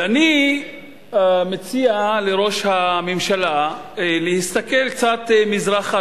ואני מציע לראש הממשלה להסתכל קצת מזרחה,